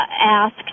asked